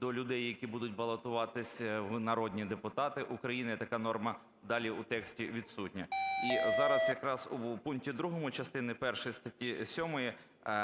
до людей, які будуть балотуватися в народні депутати України, така норма далі у тексті відсутня. І зараз якраз у пункті 2 частини першої статті 7